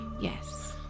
yes